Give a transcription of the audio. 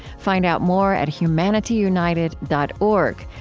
find out more at humanityunited dot org,